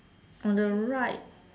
on the right